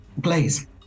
Please